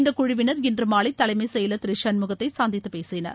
இந்தக்குழுவினர் இன்று மாலை தலைமைச் செயலர் திரு சண்முகத்தை சந்தித்துப் பேசினர்